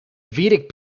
vedic